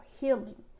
healing